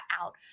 out